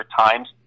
times